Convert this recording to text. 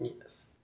Yes